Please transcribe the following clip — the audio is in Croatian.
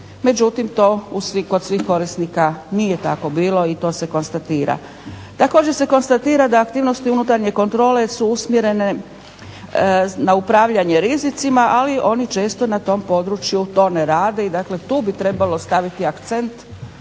Međutim, to kod svih korisnika nije tako bilo i to se konstatira. Također se konstatira da aktivnosti unutarnje kontrole su usmjerene na upravljanje rizicima, ali oni često na tom području to ne rade. I dakle, tu bi trebalo staviti akcent,